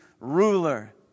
ruler